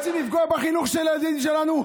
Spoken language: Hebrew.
רוצים לפגוע בחינוך של הילדים שלנו?